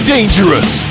Dangerous